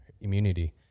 immunity